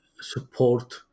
support